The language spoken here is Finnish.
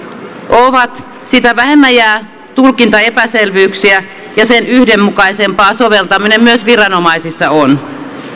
ovat sitä vähemmän jää tulkintaepäselvyyksiä ja sen yhdenmukaisempaa soveltaminen myös viranomaisissa on